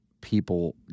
People